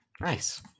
Nice